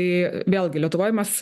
tai vėlgi lietuvoj mes